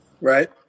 Right